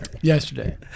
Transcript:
Yesterday